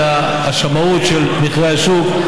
אלא השמאות היא של מחירי השוק,